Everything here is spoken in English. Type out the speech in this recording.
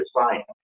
science